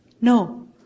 No